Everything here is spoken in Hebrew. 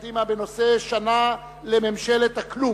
בנושא: שנה לממשלת הכלום.